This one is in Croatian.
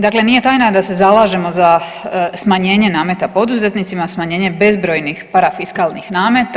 Dakle, nije tajna da se zalažemo za smanjenje nameta poduzetnicima, smanjenje bezbrojnih parafiskalnih nameta.